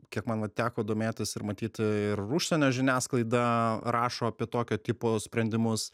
kiek man va teko domėtis ir matyt ir užsienio žiniasklaida rašo apie tokio tipo sprendimus